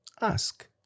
ask